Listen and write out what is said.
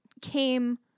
came